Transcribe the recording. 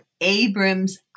Abram's